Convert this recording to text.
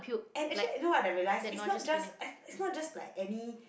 and actually you know what I realise is not just is not just like any